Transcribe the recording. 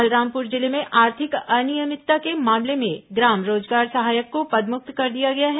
बलरामपुर जिले में आर्थिक अनियमितता के मामले में ग्राम रोजगार सहायक को पदमुक्त कर दिया गया है